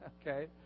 okay